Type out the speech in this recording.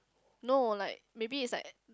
no like maybe is like